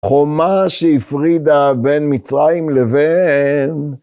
חומה שהפרידה בין מצרים לבין.